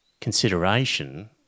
consideration